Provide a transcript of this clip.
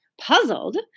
Puzzled